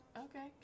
Okay